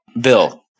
Bill